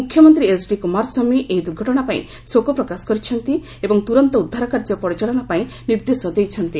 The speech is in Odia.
ମୁଖ୍ୟମନ୍ତ୍ରୀ ଏଚ୍ଡି କୁମାରସ୍ୱାମୀ ଏହି ଦୁର୍ଘଟଣାପାଇଁ ଶୋକ ପ୍ରକାଶ କରିଛନ୍ତି ଏବଂ ତୁରନ୍ତ ଉଦ୍ଧାର କାର୍ଯ୍ୟ ପରିଚାଳନା ପାଇଁ ନିର୍ଦ୍ଦେଶ ଦେଇଛନ୍ତି